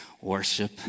Worship